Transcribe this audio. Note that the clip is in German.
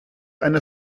eine